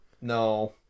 no